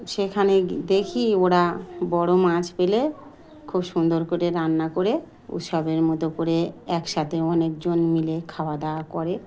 সেখানে দেখি ওরা বড়ো মাছ পেলে খুব সুন্দর করে রান্না করে উৎসবের মতো করে একসাথে অনেকজন মিলে খাওয়া দাওয়া করে